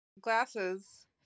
glasses